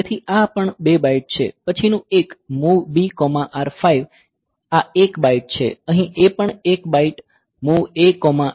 તેથી આ પણ 2 બાઇટ છે પછીનું એક MOV BR5 આ એક બાઇટ છે અહીં A પણ એક બાઇટ MOV AR0 છે